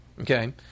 okay